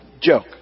joke